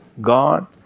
God